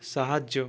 ସାହାଯ୍ୟ